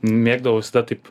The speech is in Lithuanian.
mėgdavau visada taip